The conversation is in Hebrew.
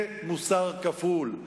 זה מוסר כפול,